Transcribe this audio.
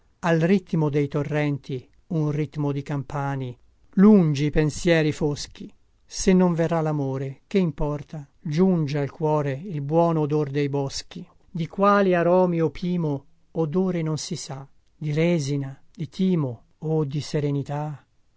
al ritmo dei torrenti un ritmo di campani lungi i pensieri foschi se non verrà lamore che importa giunge al cuore il buon odor dei boschi di quali aromi opimo odore non si sa di resina di timo o di serenità